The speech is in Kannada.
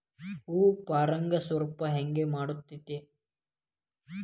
ಹೂ ಪರಾಗಸ್ಪರ್ಶ ಹೆಂಗ್ ಮಾಡ್ತೆತಿ?